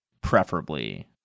preferably